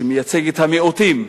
שמייצג את המיעוטים,